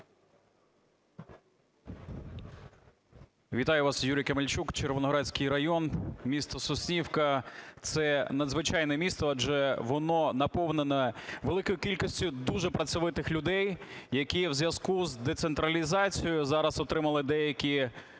Вітаю вас! Юрій Камельчук, Червоноградський район, місто Соснівка. Це надзвичайне місто, адже воно наповнене великою кількістю дуже працьовитих людей, які у зв'язку з децентралізацією зараз отримали деякі